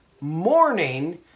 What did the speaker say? morning